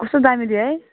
कस्तो दामी थियो है